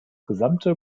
gesamte